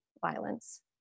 violence